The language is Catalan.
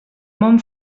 mon